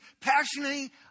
passionately